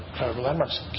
Landmarks